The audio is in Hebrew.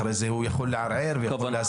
ואחרי כן האדם יכול לערער ולהשיג.